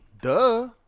Duh